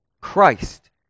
Christ